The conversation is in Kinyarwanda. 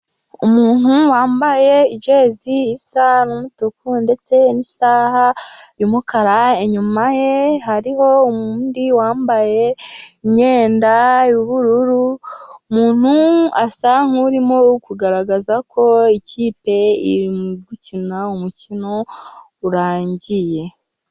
Umuntu wambaye ijezi isa n'umutuku ndetse n'isaha y'umukara, inyuma ye hariho undi wambaye imyenda y'ubururu umuntu asa nkurimo kugaragaza ko ikipe iri gukina umukino urangiye.